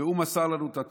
והוא מסר לנו את התורה.